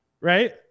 right